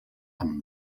amb